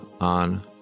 on